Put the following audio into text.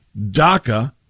DACA